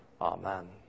Amen